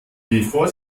bevor